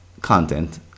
content